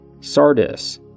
Sardis